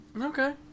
Okay